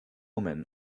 woman